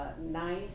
nice